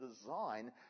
design